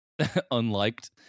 unliked